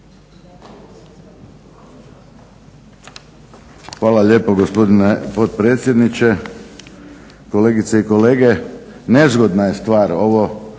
Hvala lijepa gospodine potpredsjedniče, kolegice i kolege. Nezgodna je stvar, ovo